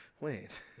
wait